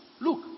Look